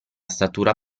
statura